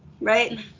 right